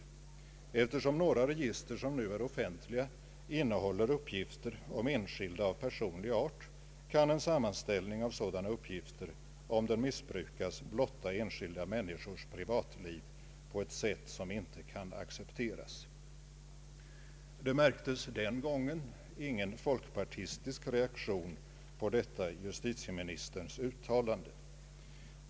Eftersom många register som nu är offentliga innehåller uppgifter om enskilda av personlig art, kan en sam manställning av sådana uppgifter, om den missbrukas, blottställa enskilda människors privatliv på ett sätt som inte kan accepteras.” Det märktes den gången ingen folkpartistisk reaktion på detta justitieministerns uttalande.